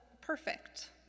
perfect